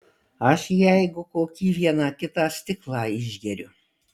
aš jeigu kokį vieną kitą stiklą išgeriu